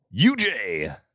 UJ